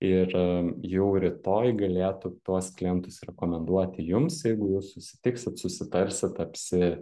ir jau rytoj galėtų tuos klientus rekomenduoti jums jeigu jūs susitiksit susitarsit apsi